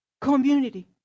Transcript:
community